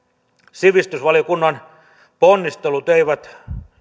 sivistysvaliokunnan ponnistelut eivät